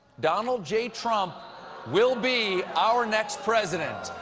donald j. trump will be our next president.